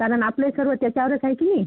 कारण आपलंही सर्व त्याच्यावरच आहे की नाही